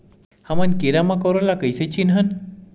हमन कीरा मकोरा ला कइसे चिन्हन?